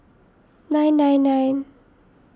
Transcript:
nine nine nine